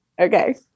Okay